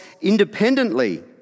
independently